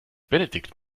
benedikt